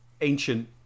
ancient